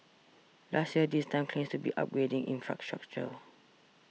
last year this time claims to be upgrading infrastructure